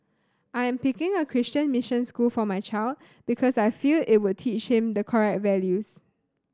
I am picking a Christian mission school for my child because I feel it would teach him the correct values